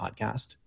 podcast